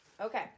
okay